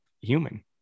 human